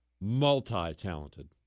multi-talented